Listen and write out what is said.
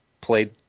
played